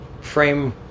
frame